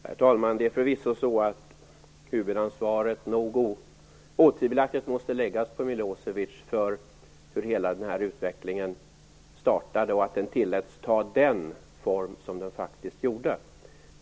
Herr talman! Det är förvisso så att huvudansvaret otvivelaktigt måste läggas på Milosevic för hur hela den här utvecklingen startade och att den tilläts ta den form som den faktiskt gjorde.